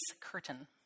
curtain